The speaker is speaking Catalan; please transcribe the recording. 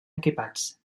equipats